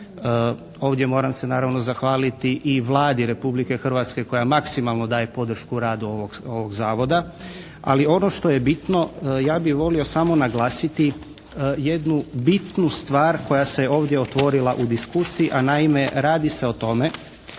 Ovdje moram se naravno zahvaliti i Vladi Republike Hrvatske koja maksimalno daje podršku radu ovog Zavoda. Ali ono što je bitno ja bih volio samo naglasiti jednu bitnu stvar koja se je ovdje otvorila u diskusiji, a naime radi se o tome